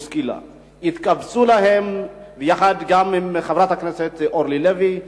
בוסקילה, ביחד עם חברת הכנסת אורלי לוי.